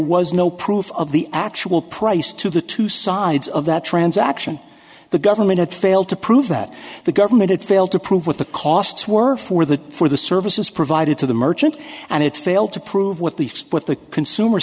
was no proof of the actual price to the two sides of that transaction the government had failed to prove that the government had failed to prove what the costs were for the for the services provided to the merchant and it failed to prove what the what the consumer